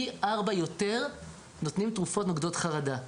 פי ארבעה יותר תרופות נוגדות חרדה.